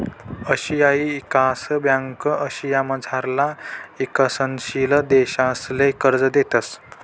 आशियाई ईकास ब्यांक आशियामझारला ईकसनशील देशसले कर्ज देतंस